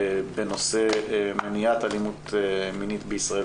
בנושא מניעת אלימות מינית בישראל,